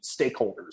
stakeholders